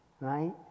right